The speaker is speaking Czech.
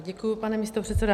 Děkuji, pane místopředsedo.